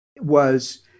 was-